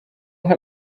nka